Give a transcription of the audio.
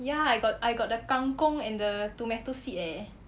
ya I got the kang kong and tomato seed leh